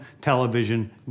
television